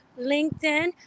LinkedIn